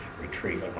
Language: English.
retreat